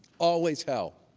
always hell.